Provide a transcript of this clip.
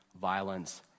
violence